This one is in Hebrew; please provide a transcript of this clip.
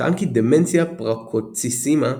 טען כי "דמנציה פרקוציסימה"